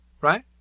Right